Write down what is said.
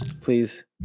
Please